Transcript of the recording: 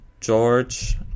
george